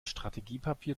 strategiepapier